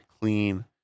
clean